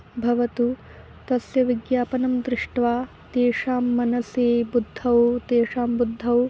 भवतु तस्य विज्ञापनं दृष्ट्वा तेषां मनसि बुद्धौ तेषां बुद्धौ